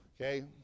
Okay